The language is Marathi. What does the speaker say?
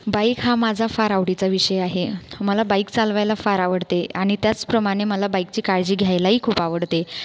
बाईक हा माझा फार आवडीचा विषय आहे मला बाईक चालवायला फार आवडते आणि त्याचप्रमाणे मला बाईकची काळजी घ्यायलाही खूप आवडते